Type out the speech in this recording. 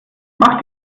mach